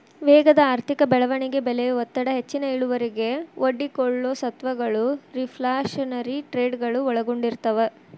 ವೇಗದ ಆರ್ಥಿಕ ಬೆಳವಣಿಗೆ ಬೆಲೆಯ ಒತ್ತಡ ಹೆಚ್ಚಿನ ಇಳುವರಿಗೆ ಒಡ್ಡಿಕೊಳ್ಳೊ ಸ್ವತ್ತಗಳು ರಿಫ್ಲ್ಯಾಶನರಿ ಟ್ರೇಡಗಳು ಒಳಗೊಂಡಿರ್ತವ